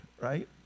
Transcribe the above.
right